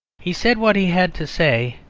he said what he had to say,